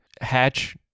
hatch